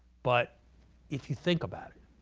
but if you think about it,